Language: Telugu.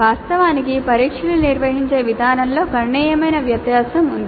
వాస్తవానికి పరీక్షలు నిర్వహించే విధానంలో గణనీయమైన వ్యత్యాసం ఉంది